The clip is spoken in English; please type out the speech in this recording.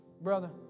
brother